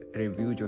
review